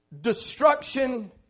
Destruction